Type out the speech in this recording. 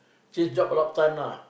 change job a lot time lah